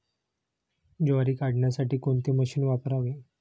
ज्वारी काढण्यासाठी कोणते मशीन वापरावे?